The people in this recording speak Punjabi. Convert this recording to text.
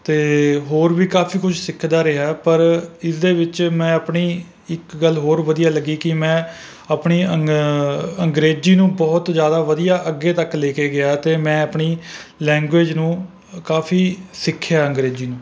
ਅਤੇ ਹੋਰ ਵੀ ਕਾਫ਼ੀ ਕੁਛ ਸਿੱਖਦਾ ਰਿਹਾ ਪਰ ਇਸ ਦੇ ਵਿੱਚ ਮੈਂ ਆਪਣੀ ਇੱਕ ਗੱਲ ਹੋਰ ਵਧੀਆ ਲੱਗੀ ਕਿ ਮੈਂ ਆਪਣੀ ਅੰ ਅੰਗਰੇਜ਼ੀ ਨੂੰ ਬਹੁਤ ਜ਼ਿਆਦਾ ਵਧੀਆ ਅੱਗੇ ਤੱਕ ਲੈ ਕੇ ਗਿਆ ਅਤੇ ਮੈਂ ਆਪਣੀ ਲੈਂਗਵੇਜ਼ ਨੂੰ ਕਾਫ਼ੀ ਸਿੱਖਿਆ ਅੰਗਰੇਜ਼ੀ ਨੂੰ